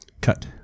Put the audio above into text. cut